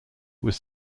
was